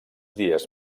dies